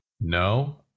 No